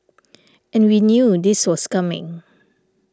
and we knew this was coming